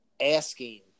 asking